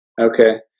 Okay